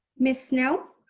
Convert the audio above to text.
miss snell?